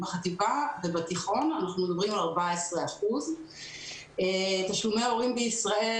בחטיבה ובתיכון אנחנו מדברים על 14%. תשלומי הורים בישראל